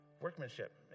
workmanship